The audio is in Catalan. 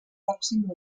pròxim